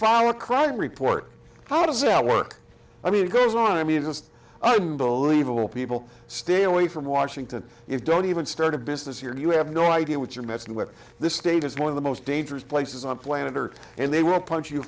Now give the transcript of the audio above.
follow crime report how does it work i mean it goes on i mean it's unbelievable people stay away from washington you don't even start a business here you have no idea what you're messing with this state is one of the most dangerous places on planet earth and they will punish you